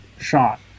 shot